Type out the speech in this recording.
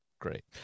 Great